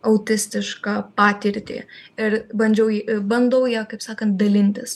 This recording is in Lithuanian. autistišką patirtį ir bandžiau jį bandau ja kaip sakant dalintis